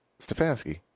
stefanski